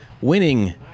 Winning